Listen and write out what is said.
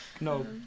No